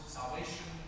salvation